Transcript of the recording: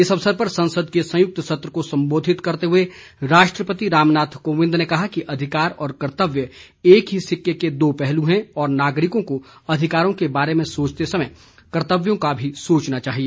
इस अवसर पर संसद के संयुक्त सत्र को संबोधित करते हुए राष्ट्रपति रामनाथ कोविंद ने कहा कि अधिकार और कर्त्तव्य एक ही सिक्के के दो पहलू हैं और नागरिकों को अधिकारों के बारे में सोचते समय कर्तव्यों का भी सोचना चाहिए